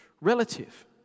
relative